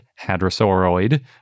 hadrosauroid